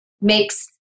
makes